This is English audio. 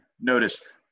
noticed